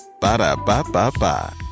Ba-da-ba-ba-ba